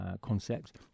concept